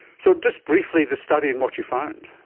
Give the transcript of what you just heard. so, just briefly, the study and what you found.